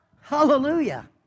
Hallelujah